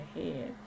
ahead